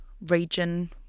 region